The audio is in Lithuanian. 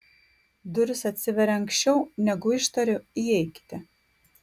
durys atsiveria anksčiau negu ištariu įeikite